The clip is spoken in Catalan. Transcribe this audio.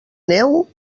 neu